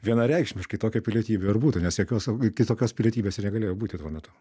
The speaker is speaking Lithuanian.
vienareikšmiškai tokia pilietybė ir būtų nes jokios kitokios pilietybės ir negalėjo būti tuo metu